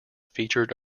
featured